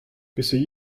peseurt